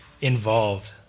involved